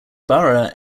borough